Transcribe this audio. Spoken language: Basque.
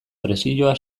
presioa